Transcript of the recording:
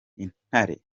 intare